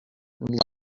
wwe